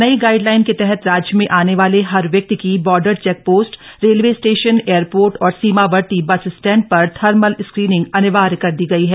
नई गाइडलाइन के तहत राज्य में आने वाले हर व्यक्ति की border check post railway station airport और सीमावर्ती बस स्टैंड पर थर्मल स्क्रीनिंग अनिवार्य कर दी गई है